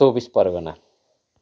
Chaubis Pargana